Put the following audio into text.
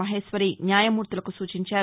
మహేశ్వరి న్యాయమూర్తులకు సూచించారు